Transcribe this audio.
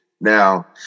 Now